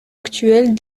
actuelles